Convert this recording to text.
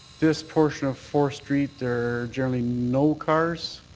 this portion of fourth street there are generally no cars.